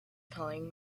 playing